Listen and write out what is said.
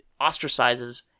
ostracizes